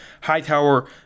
Hightower